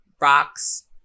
Rocks